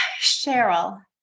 Cheryl